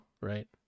right